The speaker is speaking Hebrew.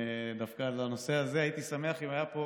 בנושא הזה הייתי שמח אם היה פה